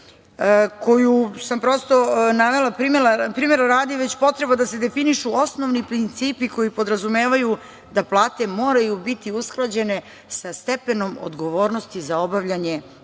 koju sam prosto navela primera radi, već potreba da se definišu osnovni principi koji podrazumevaju da plate moraju biti usklađene sa stepenom odgovornosti za obavljanje